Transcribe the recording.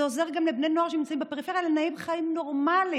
זה עוזר גם לבני נוער שנמצאים בפריפריה לנהל חיים נורמליים,